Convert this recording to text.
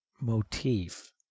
motif